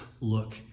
look